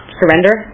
surrender